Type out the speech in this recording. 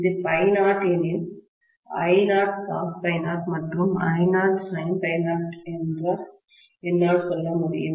இது ∅0 எனில் I0cos∅0 மற்றும் I0sin ∅0 என்று என்னால் சொல்ல முடியும்